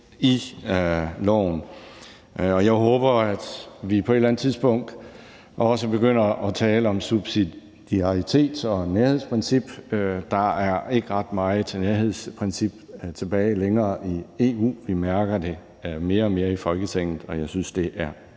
i lovforslaget. Jeg håber, at vi på et eller andet tidspunkt også begynder at tale om subsidiaritets- og nærhedsprincippet. Der er ikke ret meget nærhedsprincip tilbage i EU længere. Vi mærker det mere og mere i Folketinget, og jeg synes, det er